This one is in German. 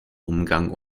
umgang